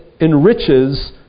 enriches